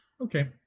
Okay